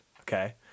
Okay